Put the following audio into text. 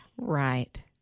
Right